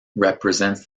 represents